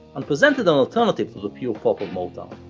and presented an alternative to the pure pop of motown.